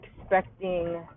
expecting